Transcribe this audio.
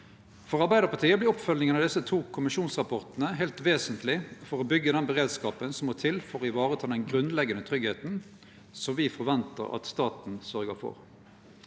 For Arbeidarpartiet vert oppfølginga av desse to kommisjonsrapportane heilt vesentleg for å byggje den beredskapen som må til for å vareta den grunnleggjande tryggleiken me forventar at staten sørgjer for.